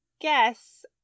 guess